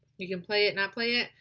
you can play it, not play it.